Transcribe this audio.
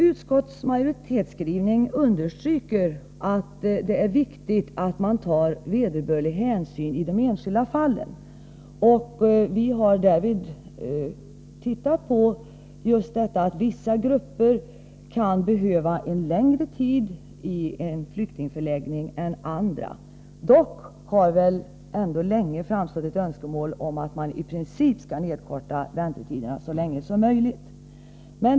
Utskottets majoritetsskrivning understryker att det är viktigt att man tar vederbörlig hänsyn i de enskilda fallen. Vi har tittat på just detta att vissa grupper kan behöva längre tid i en flyktingförläggning än andra. Dock har det väl ändå länge framstått som ett önskemål att man i princip skall nedkorta väntetiderna så mycket som möjligt.